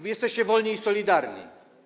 Wy jesteście Wolni i Solidarni.